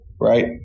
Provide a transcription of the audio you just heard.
right